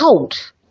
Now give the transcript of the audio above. out